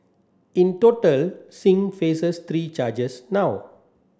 in total Singh faces three charges now